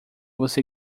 você